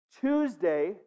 Tuesday